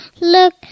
look